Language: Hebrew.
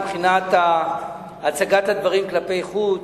מבחינת הצגת הדברים כלפי חוץ,